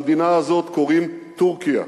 למדינה הזאת קוראים טורקיה,